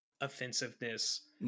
offensiveness